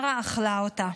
מארה אכלה אותה.